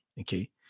Okay